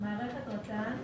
"מערכת רט"ן"